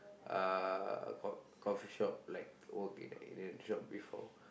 uh co~ coffee shop like work in that job before